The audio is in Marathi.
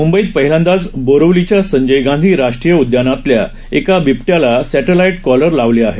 मुंबईत पहिल्यांदाच बोरिवलीच्या संजय गांधी राष्ट्रीय उद्यानातल्या एका बिबट्याला सॅ लाई कॉलर लावली आहे